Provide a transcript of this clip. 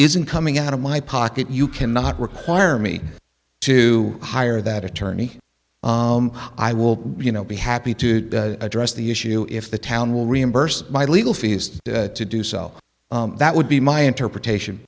isn't coming out of my pocket you cannot require me to hire that attorney i will you know be happy to address the issue if the town will reimburse my legal fees to do so that would be my interpretation